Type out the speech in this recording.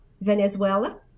Venezuela